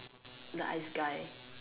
the ice guy